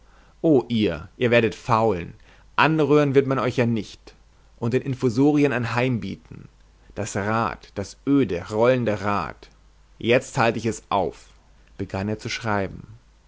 oh ihr ihr werdet faulen anrühren wird man euch ja nicht und den infusorien ein heim bieten das rad das öde rollende rad jetzt halt ich es auf begann er zu schreiben